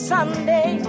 Sunday